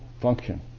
function